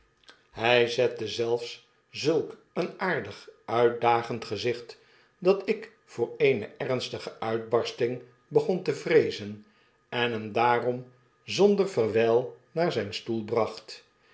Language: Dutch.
hy zette zelfs zulk een aaxdig uitdagend gezicht dat ik voor eene ernstige uitbarsting begon te vreezen en hem daarom zonder verwyl naar zijn stoel bracht